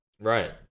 Right